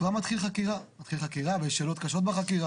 וכבר מתחיל חקירה ושאלות קשות בחקירה.